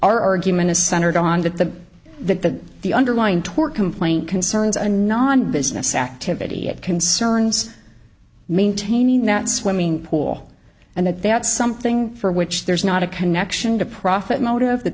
our argument is centered on the the the underlying tort complaint concerns a non business activity it concerns maintaining that swimming pool and that that's something for which there's not a connection to profit motive that